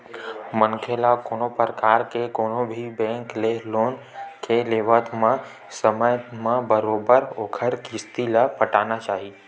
मनखे ल कोनो परकार के कोनो भी बेंक ले लोन के लेवब म समे म बरोबर ओखर किस्ती ल पटाना चाही